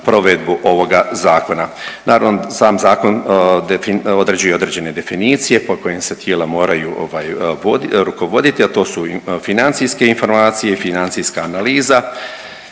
provedbu ovoga Zakona. Naravno, sam Zakon određuje određene definicije po kojim se tijela moraju ovaj .../nerazumljivo/... rukovoditi, a to su financijske informacije, financijska analiza